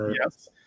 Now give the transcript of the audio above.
yes